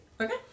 Okay